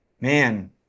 Man